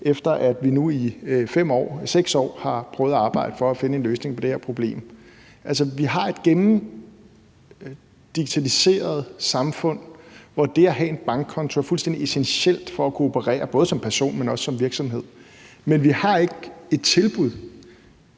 efter at vi nu i 6 år har prøvet at arbejde for at finde en løsning på det her problem. Vi har et gennemdigitaliseret samfund, hvor det at have en bankkonto er fuldstændig essentielt for at kunne operere, både som person, men også som virksomhed. Men vi har ikke et tilbud.